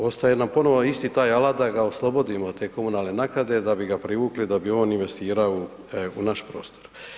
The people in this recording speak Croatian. Ostaje nam ponovno isti taj alat da ga oslobodimo od te komunalne naknade, da bi ga privukli, da bi on investirao u naš prostor.